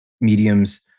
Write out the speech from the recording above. mediums